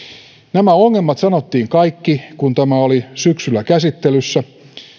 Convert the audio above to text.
nämä ongelmat sanottiin kaikki kun tämä oli syksyllä käsittelyssä